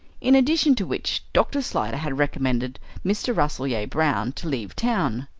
in addition to which dr. slyder had recommended mr. rasselyer-brown to leave town.